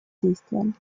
действиям